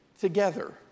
together